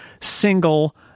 single